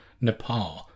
Nepal